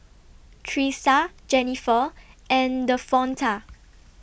Tressa Jenifer and Davonta